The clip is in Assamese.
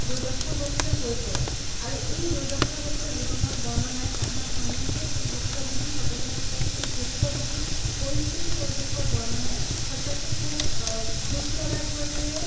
দুৰ্দশাগ্ৰস্ত হৈ পৰে আৰু এই দুৰ্দশাগ্ৰস্ত জীৱনৰ বৰ্ণনাই সাধাৰণ মানুহে যি ভুক্তভোগী হ'ব লগা হয় সেই ভুক্তভোগী পৰিস্থিতি পৰিৱেশৰ বৰ্ণনাই সঁচাকৈ খুব দুখ লগা ধৰণেৰে